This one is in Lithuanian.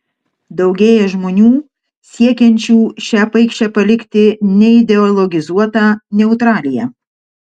daugėja žmonių siekiančių šią paikšę palikti neideologizuota neutralia